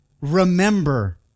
Remember